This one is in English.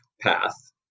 path